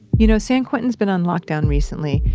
you know san quentin's been on lockdown recently,